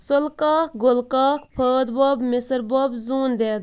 سُلہٕ کاک گُلہٕ کاک فٲد بب مِسٕر بب زوٗن دیٚد